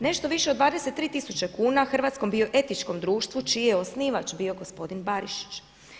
Nešto više od 23 tisuće kuna Hrvatskom bioetičkom društvu čiji je osnivač bio gospodin Barišić.